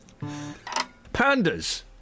pandas